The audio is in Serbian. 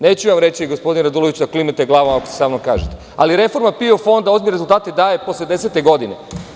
Neću vam reći, gospodine Raduloviću, da klimate glavom, ako to samo kažete, ali reforma PIO Fonda, ovde rezultate daje posle desete godine.